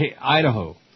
Idaho